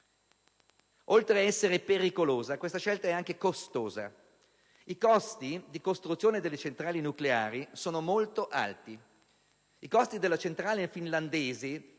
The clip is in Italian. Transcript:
Oltre ad essere pericolosa, questa scelta è anche costosa. I costi di costruzione delle centrali nucleari sono molto alti. I costi della centrale finlandese